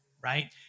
right